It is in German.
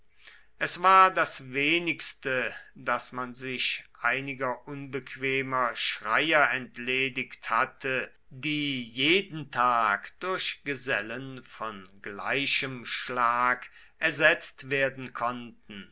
es war das wenigste daß man sich einiger unbequemer schreier entledigt hatte die jeden tag durch gesellen von gleichem schlag ersetzt werden konnten